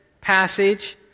passage